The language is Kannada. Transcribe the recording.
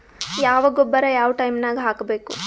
ಯಾವ ಗೊಬ್ಬರ ಯಾವ ಟೈಮ್ ನಾಗ ಹಾಕಬೇಕು?